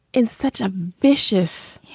in such a vicious,